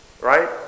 Right